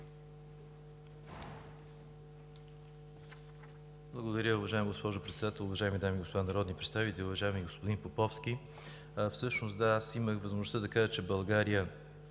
Благодаря Ви, уважаема госпожо Председател. Уважаеми дами и господа народни представители! Уважаеми господин Поповски, всъщност аз имах възможността да кажа, че България